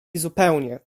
zupełnie